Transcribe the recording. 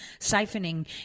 siphoning